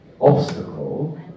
obstacle